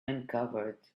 uncovered